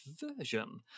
version